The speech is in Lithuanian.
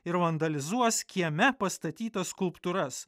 ir vandalizuos kieme pastatytas skulptūras